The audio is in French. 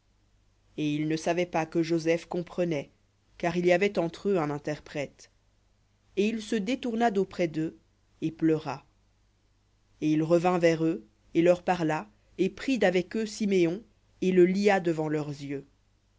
et ils ne savaient pas que joseph comprenait car il y avait entre eux un interprète et il se détourna d'auprès d'eux et pleura et il revint vers eux et leur parla et prit d'avec eux siméon et le lia devant leurs yeux